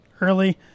early